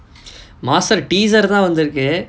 master teaser தா வந்திருக்கு:tha vanthirukku